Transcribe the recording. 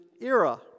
era